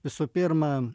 visų pirma